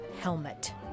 helmet